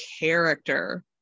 character